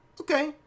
Okay